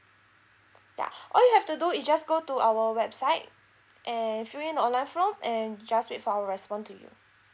ya all you have to do is just go to our website and fill in the online form and just wait for our respond to you